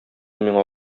миңа